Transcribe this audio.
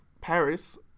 Paris